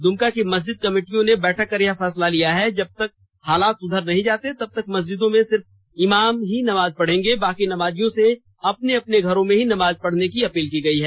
दुमका की मस्जिद कमिटियों ने बैठक कर यह फैसला लिया है कि जबतक हालात सुधर नही जाते तबतक मस्जिदों में सिर्फ इमाम ही नमाज पढेंगे बाकी नमाजियों से अपने अपने घरों में ही नमाज पढ़ने की अपील की गयी है